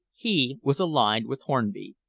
he was allied with hornby,